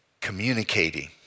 Communicating